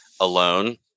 alone